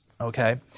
okay